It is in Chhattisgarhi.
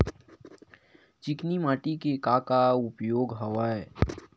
चिकनी माटी के का का उपयोग हवय?